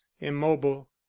immobile